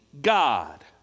God